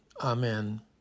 Amen